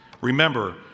Remember